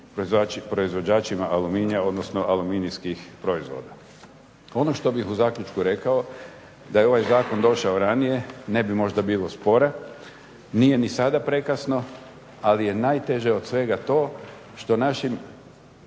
proizvođačima aluminija, odnosno aluminijskih proizvoda. Ono što bih u zaključku rekao da je ovaj zakon došao ranije ne bi možda bilo spora. Nije ni sada prekasno, ali je najteže od svega to što našim,